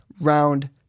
round